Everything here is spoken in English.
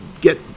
get